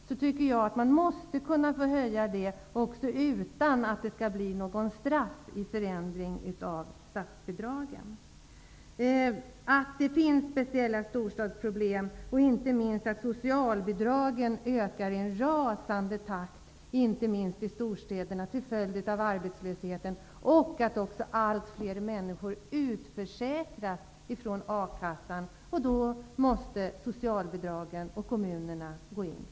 Jag tycker att man måste kunna få höja den utan att drabbas av något straff i form av förändring av statsbidragen. Det finns speciella storstadsproblem. Till följd av arbetslösheten ökar socialbidragen i en rasande takt, inte minst i storstäderna. Vidare utförsäkras allt fler människor från a-kassan, och då måste kommunerna gå in med socialbidrag.